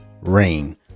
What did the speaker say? rain